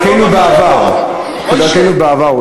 כדרכנו בעבר אולי.